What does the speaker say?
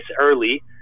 early